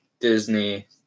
Disney